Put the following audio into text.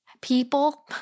people